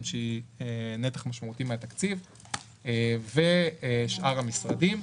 שהיא נתח משמעותי מהתקציב ושאר המשרדים.